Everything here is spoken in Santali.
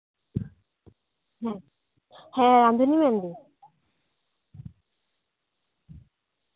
ᱦᱮᱸ